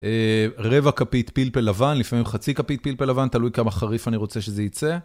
רבע כפית פלפל לבן, לפעמים חצי כפית פלפל לבן, תלוי כמה חריף אני רוצה שזה ייצא.